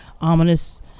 ominous